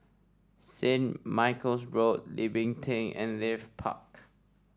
St Michael's Road Tebing and Leith Park